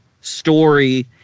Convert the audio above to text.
story